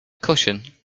cushion